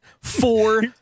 four